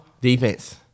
Defense